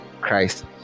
Christ